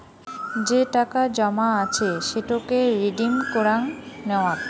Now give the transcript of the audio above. যে টাকা জমা আছে সেটোকে রিডিম কুরাং নেওয়াত